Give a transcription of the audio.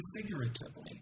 figuratively